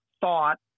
thought